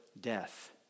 death